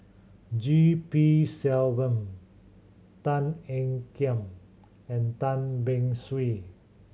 G P Selvam Tan Ean Kiam and Tan Beng Swee